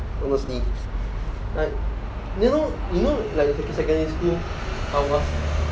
mostly like you know you know like for secondary school uh must